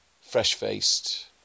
fresh-faced